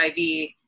HIV